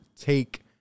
Take